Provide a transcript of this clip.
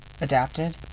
adapted